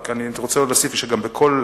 אני רוצה להוסיף גם שבכל